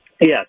Yes